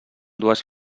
dues